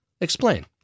Explain